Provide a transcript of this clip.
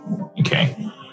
okay